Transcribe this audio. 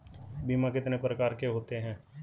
बीमा कितने प्रकार के होते हैं?